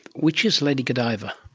which is lady godiva?